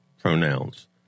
Pronouns